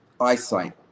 eyesight